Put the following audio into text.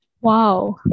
Wow